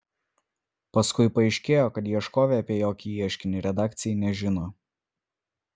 paskui paaiškėjo kad ieškovė apie jokį ieškinį redakcijai nežino